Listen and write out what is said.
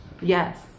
Yes